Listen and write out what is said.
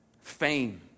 fame